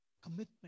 commitment